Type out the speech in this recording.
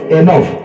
enough